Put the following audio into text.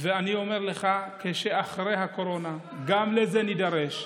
ואני אומר לך שאחרי הקורונה גם לזה נידרש,